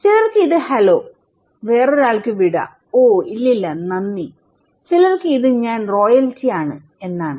ചിലർക്ക് ഇത് ഹലോ വേറൊരാൾക്ക് വിട ഓ ഇല്ല ഇല്ല നന്ദി ചിലർക്ക് ഇത് ഞാൻ റോയൽറ്റിയാണ് എന്നാണ്